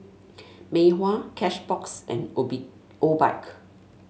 Mei Hua Cashbox and Obi Obike